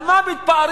על מה מתפארים